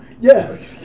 Yes